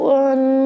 one